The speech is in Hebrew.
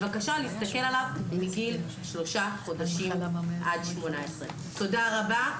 בבקשה להסתכל עליו מגיל שלושה חודשים עד 18. תודה רבה.